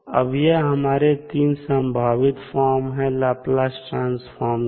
अब यह हमारे 3 संभावित फार्म हैं लाप्लास ट्रांसफॉर्म के